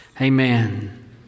amen